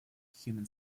human